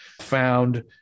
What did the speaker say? found